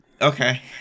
Okay